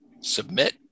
submit